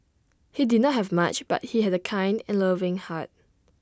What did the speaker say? he did not have much but he had A kind and loving heart